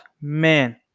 man